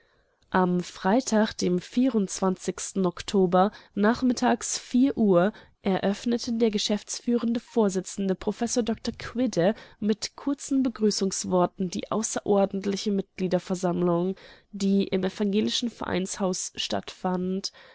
am freitag dem oktober nachmittags uhr eröffnete der geschäftsführende vorsitzende prof dr quidde mit kurzen begrüßungsworten die außerordentliche mitgliederversammlung die im evangelischen vereinshaus stattfand